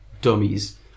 dummies